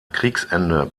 kriegsende